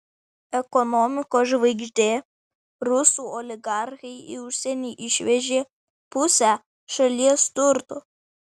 ekonomikos žvaigždė rusų oligarchai į užsienį išvežė pusę šalies turto